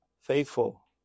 faithful